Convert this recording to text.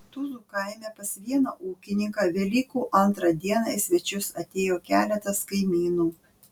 tuzų kaime pas vieną ūkininką velykų antrą dieną į svečius atėjo keletas kaimynų